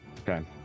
okay